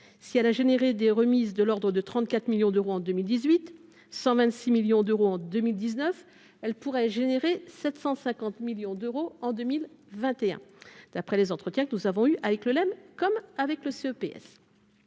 si elle a généré des remises de l'ordre de 34 millions d'euros en 2018 126 millions d'euros en 2019, elle pourrait générer 750 millions d'euros en 2021, d'après les entretiens que nous avons eu avec le l'aime comme avec le ce PS.